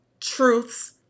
truths